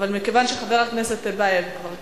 אבל מכיוון שחבר הכנסת טיבייב כבר כאן,